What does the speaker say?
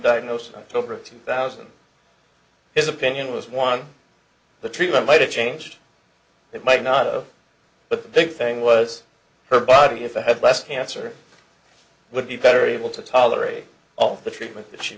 diagnosed on top of two thousand his opinion was one the treatment might have changed it might not of but the big thing was her body if it had less cancer would be better able to tolerate off the treatment